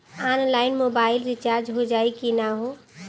Online mobile recharge हो जाई की ना हो?